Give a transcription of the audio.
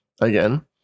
again